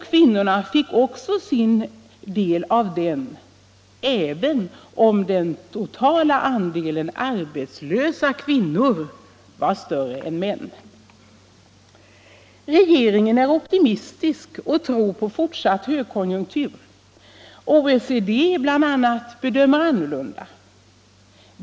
Kvinnorna fick också sin del av den, även om den totala andelen arbetslösa kvinnor var större än andelen arbetslösa män. Regeringen är optimistisk och tror på fortsatt högkonjunktur. OECD bl.a. bedömer annorlunda.